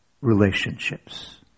relationships